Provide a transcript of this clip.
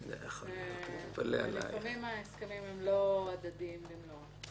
לפעמים ההסכמים הם לא הדדיים במלואם.